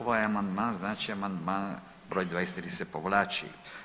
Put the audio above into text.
Ovaj amandman znači amandman br. 23. se povlači.